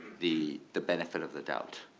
the the benefit of the doubt.